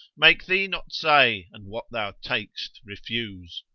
make thee not say, and what thou tak'st refuse.